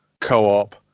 co-op